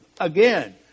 Again